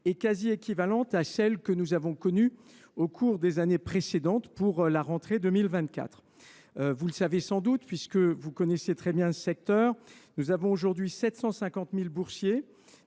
quasi équivalent à celui que nous avons connu au cours des années précédentes. Vous le savez sans doute, puisque vous connaissez très bien ce secteur. On compte aujourd’hui 750 000 boursiers,